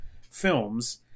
films